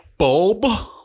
Bulb